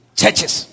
churches